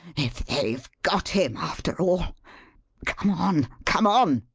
if they've got him after all come on! come on!